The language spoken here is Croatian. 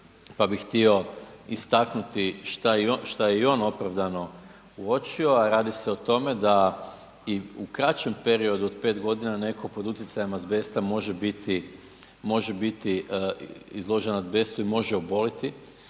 pa bih htio istaknuti što je i on opravdano uočio, a radi se o tome da i u kraćem periodu od 5 godina netko pod utjecajem azbesta može biti izložen azbestu i može oboliti